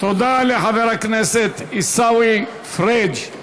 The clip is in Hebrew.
תודה לחבר הכנסת עיסאווי פריג'.